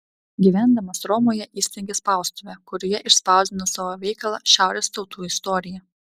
gyvendamas romoje įsteigė spaustuvę kurioje išspausdino savo veikalą šiaurės tautų istorija